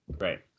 right